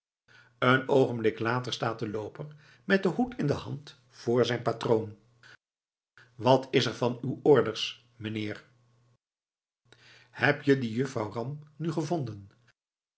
een oogenblik later staat de looper met den hoed in de hand voor zijn patroon wat is er van uw orders meneer heb je die juffrouw ram nu gevonden